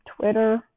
Twitter